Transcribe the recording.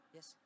Yes